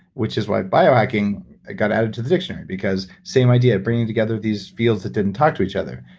which is why biohacking, it got added to the dictionary because same idea, bringing together these fields that didn't talk to each other.